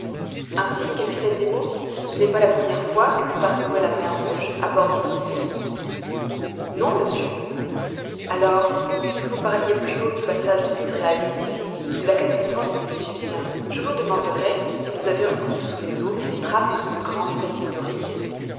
ainsi capitaine nemo ce n'est pas la première fois que vous parcourez la mer rouge à bord du nautilus non monsieur alors puisque vous parliez plus haut du passage des israélites et de la catastrophe des égyptiens je vous demanderai si vous avez reconnu sous les eaux des traces de ce grand fait historique